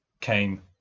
came